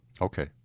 Okay